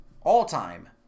all-time